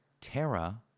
Terra